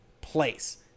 place